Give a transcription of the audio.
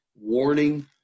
warning